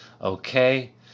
Okay